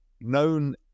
known